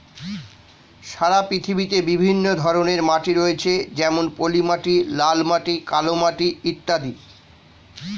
সারা পৃথিবীতে বিভিন্ন ধরনের মাটি রয়েছে যেমন পলিমাটি, লাল মাটি, কালো মাটি ইত্যাদি